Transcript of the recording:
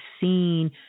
seen